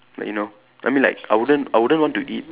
like you know I mean like I wouldn't I wouldn't want to eat